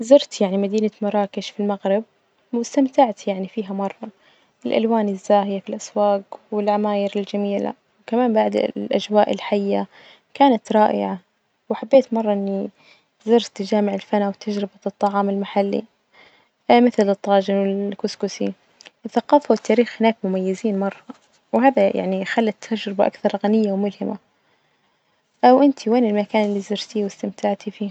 زرت يعني مدينة مراكش في المغرب وإستمتعت يعني فيها مرة، الألوان الزاهية في الأسواج والعماير الجميلة، وكمان بعد ال- الأجواء الحية كانت رائعة، وحبيت مرة إني زرت جامع الفنا، وتجربة الطعام المحلي مثل الطاجن والكسكسي، الثقافة والتاريخ هناك مميزين مرة، وهذا يعني خلت التجربة أكثر غنية وملهمة، وإنتي وين المكان اللي زرتيه وإستمتعتي فيه?